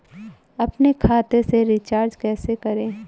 अपने खाते से रिचार्ज कैसे करें?